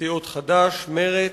סיעות חד"ש, מרצ,